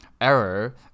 error